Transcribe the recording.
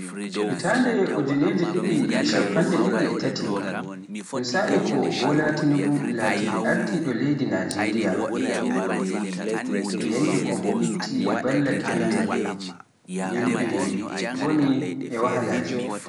Hitande ujinere didi e shappande didi e taati un sa'I ko Bola Tinubu lati ardiɗo leydi Najeriya, e yannde ko mo itti ballal petur, yimɓe boni e wahalaaji.